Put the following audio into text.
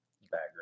background